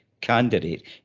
candidate